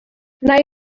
nai